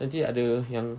nanti ada yang